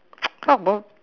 how about